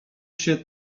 się